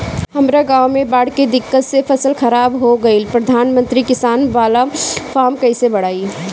हमरा गांव मे बॉढ़ के दिक्कत से सब फसल खराब हो गईल प्रधानमंत्री किसान बाला फर्म कैसे भड़ाई?